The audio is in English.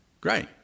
Great